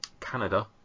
Canada